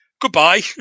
Goodbye